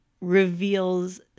reveals